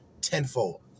tenfold